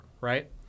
right